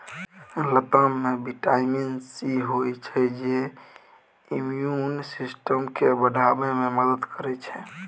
लताम मे vitamin C होइ छै जे इम्युन सिस्टम केँ बढ़ाबै मे मदद करै छै